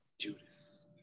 Judas